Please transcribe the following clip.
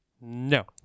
No